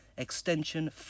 Extension